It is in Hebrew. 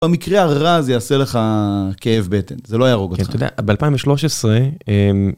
במקרה הרע זה יעשה לך כאב בטן, זה לא יהרוג אותך. כן, אתה יודע, ב-2013...